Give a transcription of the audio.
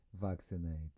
vaccinate